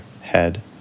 head